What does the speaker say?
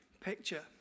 picture